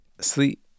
Sleep